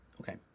okay